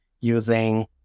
using